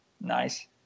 nice